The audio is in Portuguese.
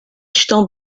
estão